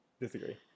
Disagree